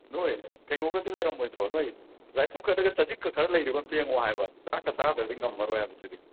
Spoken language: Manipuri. ꯅꯣꯏ ꯀꯩꯅꯣꯒꯗꯤ ꯂꯩꯔꯝꯃꯣꯏꯗ꯭ꯔꯣ ꯅꯣꯏ ꯔꯥꯏ꯭ꯁ ꯀꯨꯀꯔꯗꯒ ꯆꯖꯤꯛꯀ ꯈꯔ ꯂꯩꯔꯤꯕ ꯑꯃꯨꯛꯇ ꯌꯦꯡꯉꯛꯑꯣ ꯍꯥꯏꯕ ꯆꯥꯛꯀ ꯆꯥꯗ꯭ꯔꯗꯤ ꯉꯝꯃꯔꯣꯏ ꯍꯥꯏꯕ ꯁꯤꯗꯤ